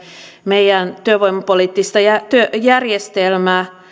meidän työvoimapoliittista järjestelmää